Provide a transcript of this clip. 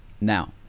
Now